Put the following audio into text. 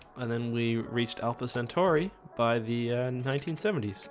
and then we reached alpha centauri by the nineteen seventy s